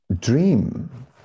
dream